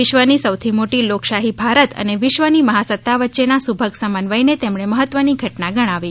વિશ્વની સૌથી મોટી લોકશાહી ભારત અને વિશ્વની મહાસત્તા વચ્ચેના સુભગ સમન્વયને તેમણે મહત્વની ઘટના ગણાવી